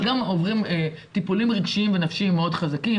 אבל הם גם עוברים טיפולים ורגשיים מאוד חזקים,